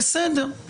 בסדר.